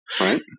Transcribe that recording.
right